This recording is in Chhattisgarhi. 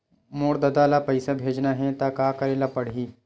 मोर ददा ल पईसा भेजना हे त का करे ल पड़हि?